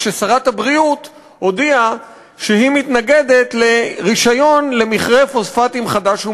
כששרת הבריאות הודיעה שהיא מתנגדת לרישיון למכרה פוספטים חדש בשדה-בריר,